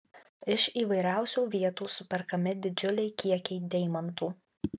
iš įvairiausių vietų superkami didžiuliai kiekiai deimantų